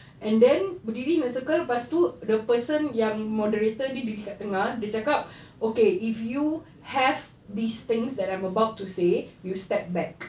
and then berdiri in a circle lepas tu the person yang moderator diri dekat tengah dia cakap okay if you have these things that I'm about to say you step back